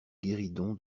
guéridon